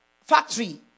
factory